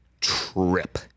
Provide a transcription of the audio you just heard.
trip